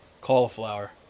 Cauliflower